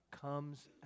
comes